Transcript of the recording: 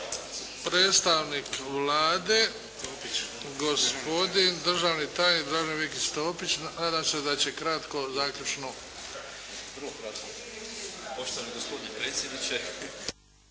Predstavnik Vlade gospodin državni tajnik Dražen Vikić Topić, nadam se da će kratko zaključno. **Vikić Topić, Dražen** Poštovani gospodine predsjedniče!